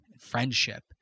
friendship